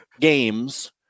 games